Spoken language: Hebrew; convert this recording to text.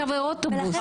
ולכן,